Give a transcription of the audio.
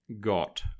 got